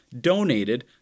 donated